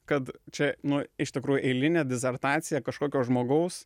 kad čia nu iš tikrųjų eilinė disertacija kažkokio žmogaus